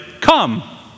come